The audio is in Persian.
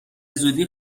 زودی